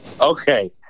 Okay